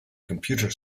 computer